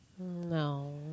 No